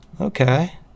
Okay